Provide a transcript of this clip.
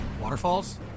Waterfalls